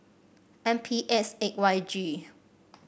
M P S eight Y G